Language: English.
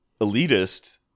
elitist